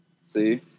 See